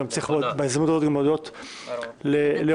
בהזדמנות הזאת גם צריך להודות לעובדי